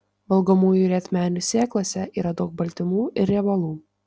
valgomųjų rietmenių sėklose yra daug baltymų ir riebalų